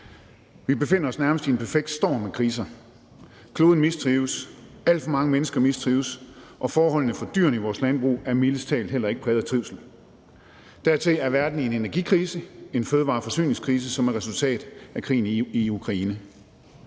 Vi befinder os nærmest i en perfekt storm af kriser. Kloden mistrives, alt for mange mennesker mistrives, og forholdene for dyrene i vores landbrug er mildest talt heller ikke præget af trivsel. Dertil er verden i en energikrise, en fødevare- og forsyningskrise, som er et resultat af krigen i Ukraine,